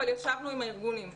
אבל ישבנו עם הארגונים.